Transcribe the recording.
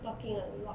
talking a lot